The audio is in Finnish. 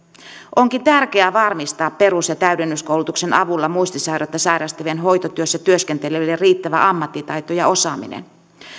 onkin tärkeää varmistaa perus ja täydennyskoulutuksen avulla muistisairautta sairastavien hoitotyössä työskenteleville riittävä ammattitaito ja osaaminen